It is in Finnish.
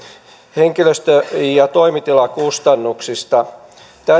henkilöstö ja toimitilakustannuksista